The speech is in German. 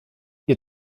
ihr